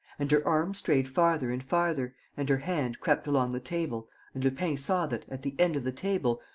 and her arm strayed farther and farther and her hand crept along the table and lupin saw that, at the end of the table,